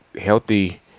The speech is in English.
healthy